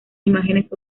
imágenes